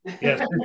yes